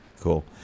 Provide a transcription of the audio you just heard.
Cool